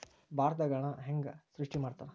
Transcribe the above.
ಭಾರತದಾಗ ಹಣನ ಹೆಂಗ ಸೃಷ್ಟಿ ಮಾಡ್ತಾರಾ